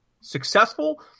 successful